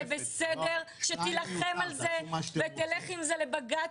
זה בסדר שתילחם על זה ותלך עם זה לבג"צ,